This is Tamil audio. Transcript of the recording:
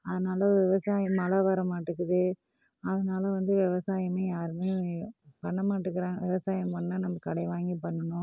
அதனால் விவசாயம் மழை வர மாட்டேங்குது அதனால வந்து விவசாயமே யாருமே பண்ண மாட்டேங்கிறாங்க விவசாயம் பண்ணால் நம்ம கடன் வாங்கி பண்ணணும்